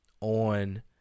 on